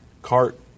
cart